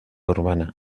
urbana